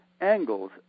angles